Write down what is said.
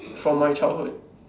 from my childhood